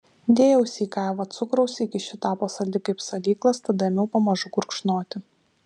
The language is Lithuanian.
dėjausi į kavą cukraus iki ši tapo saldi kaip salyklas tada ėmiau pamažu gurkšnoti